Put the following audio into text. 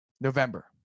November